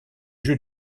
jeux